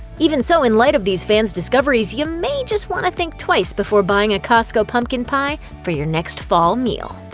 even so, in light of these fans' discoveries, you may just want to think twice before buying a costco pumpkin pie for your next fall meal.